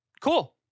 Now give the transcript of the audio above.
cool